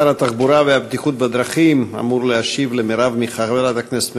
שר התחבורה והבטיחות בדרכים אמור להשיב לחברת הכנסת